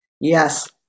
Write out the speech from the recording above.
Yes